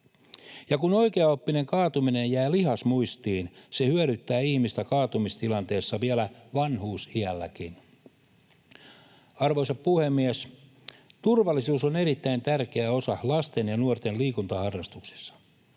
Ja kun oikeaoppinen kaatuminen jää lihasmuistiin, se hyödyttää ihmistä kaatumistilanteessa vielä vanhuusiälläkin. Arvoisa puhemies! Turvallisuus on erittäin tärkeä osa lasten ja nuorten liikuntaharrastuksia.